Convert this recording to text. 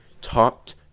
topped